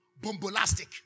bombastic